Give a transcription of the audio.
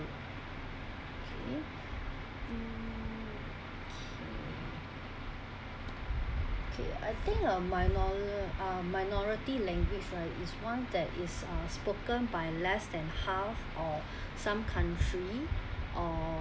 okay hmm K I think uh minor~ ah minority language is one that is uh spoken by less than half or some country or